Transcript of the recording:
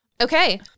Okay